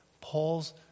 paul's